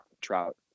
Trout